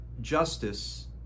justice